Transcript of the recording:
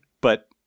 but-